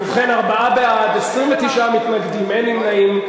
ובכן, ארבעה בעד, 29 מתנגדים, אין נמנעים.